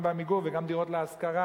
גם ב"עמיגור" וגם דירות להשכרה.